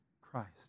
Christ